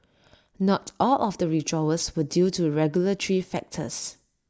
not all of the withdrawals were due to regulatory factors